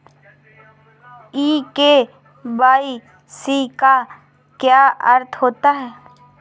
ई KYC का क्या अर्थ होता है?